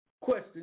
Question